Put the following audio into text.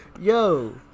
Yo